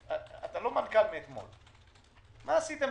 הרי שנה אחרי שנה דיברו על מבצע מירון.